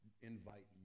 invite